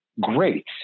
great